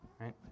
right